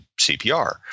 CPR